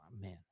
man